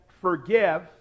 forgive